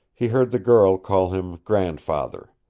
he heard the girl call him grandfather.